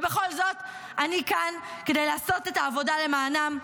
ובכל זאת אני כאן, כדי לעשות את העבודה למענם.